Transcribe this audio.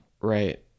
right